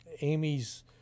Amy's